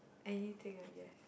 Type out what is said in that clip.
anything I guess